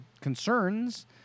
concerns